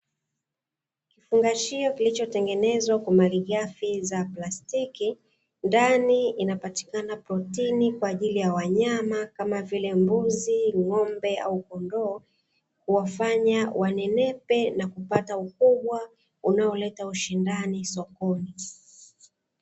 Kifungashio kilichotengenezwa kwa malighafi za plastiki, ndani inapatikana protini kwa ajili ya wanyama kama vile: mbuzi, ng'ombe au kondoo, kuwafanya wanenepe na kupata ukubwa unaoleta ushindani sokoni.